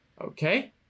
Okay